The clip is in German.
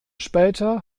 später